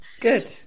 good